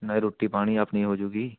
ਨਾਲੇ ਰੋਟੀ ਪਾਣੀ ਆਪਣੀ ਹੋ ਜੂਗੀ